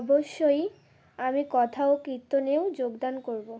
অবশ্যই আমি কথা ও কীর্তনেও যোগদান করবো